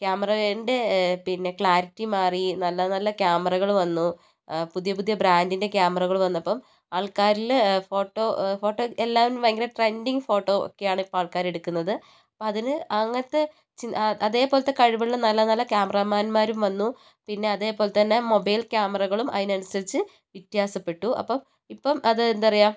ക്യാമറേന്റെ പിന്നെ ക്ലാരിറ്റി മാറി നല്ല നല്ല ക്യാമറകൾ വന്നു പുതിയ പുതിയ ബ്രാൻഡിന്റെ ക്യാമറകൾ വന്നപ്പം ആൾക്കാരില് ഫോട്ടോ ഫോട്ടോ എല്ലാം ഭയങ്കര ട്രെൻഡിങ് ഫോട്ടോ ഒക്കെയാണ് ഇപ്പോൾ ആൾക്കാർ എടുക്കുന്നത് അപ്പോൾ അതിന് അങ്ങനത്തെ ചിന്താ അതേപോലെത്തെ കഴിവുള്ള നല്ല നല്ല ക്യാമറമാന്മാരും വന്നു പിന്നെ അതേപോലെത്തന്നെ മൊബൈൽ ക്യാമറകളും അതിനനുസരിച്ച് വ്യത്യാസപ്പെട്ടു അപ്പോൾ ഇപ്പം അത് എന്താ പറയുക